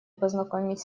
познакомить